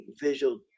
visual